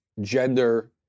gender